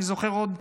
אני זוכר עוד,